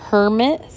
Hermit